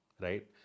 Right